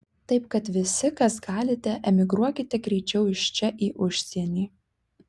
taip kad visi kas galite emigruokite greičiau iš čia į užsienį